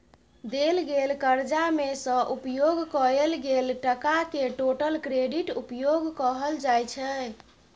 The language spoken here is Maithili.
देल गेल करजा मे सँ उपयोग कएल गेल टकाकेँ टोटल क्रेडिट उपयोग कहल जाइ छै